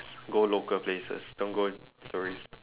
go local places don't go tourist